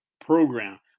program